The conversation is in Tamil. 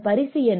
பரிசு என்ன